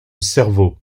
cerveau